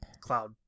cloud